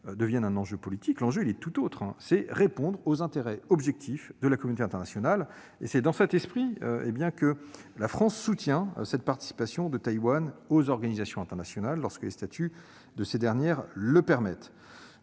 devienne un enjeu politique. L'enjeu est tout autre : répondre aux intérêts objectifs de la communauté internationale. C'est dans cet esprit que la France soutient cette participation de Taïwan aux organisations internationales lorsque leurs statuts le permettent.